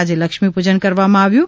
આજે લક્ષ્મીપૂજન કરવામાં આવ્યું છે